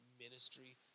ministry